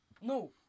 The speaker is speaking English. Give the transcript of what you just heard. No